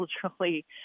culturally